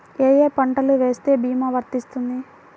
ఏ ఏ పంటలు వేస్తే భీమా వర్తిస్తుంది?